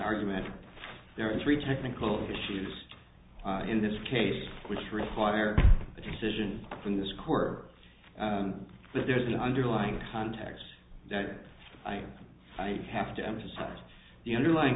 argument there are three technical issues in this case which require a decision from this court but there is an underlying context that i have to emphasize the underlying